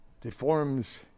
deforms